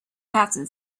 captain